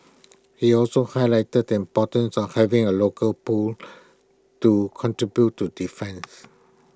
he also highlighted the importance of having A local pool to contribute to defence